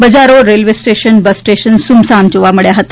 બજારો railway station bus station સૂમસામ જોવા મળ્યા હતા